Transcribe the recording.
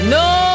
no